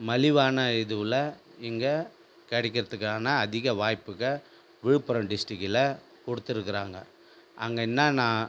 மலிவான இதுவில் இங்கே கிடைக்றத்துக்கான அதிக வாய்ப்புங்க விழுப்புரம் டிஸ்ட்ரிக்கில கொடுத்துருக்றாங்க அங்கே என்னன்னா